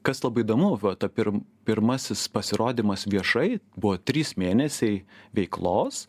kas labai įdomu va ta pirm pirmasis pasirodymas viešai buvo trys mėnesiai veiklos